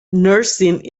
nursing